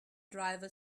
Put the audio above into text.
driver